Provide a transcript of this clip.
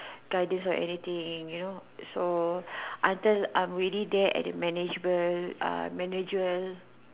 guy deals or anything you know so until I am already there at the manageable uh manager